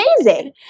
amazing